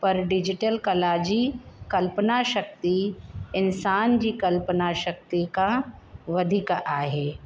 पर डिजिटल कला जी कल्पना शक्ति इन्सानु जी कल्पना शक्ति कां वधीक आहे